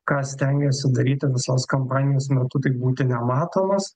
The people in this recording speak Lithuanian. ką stengėsi daryti visos kampanijos metu tai būti nematomas